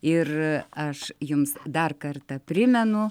ir aš jums dar kartą primenu